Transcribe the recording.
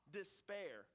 despair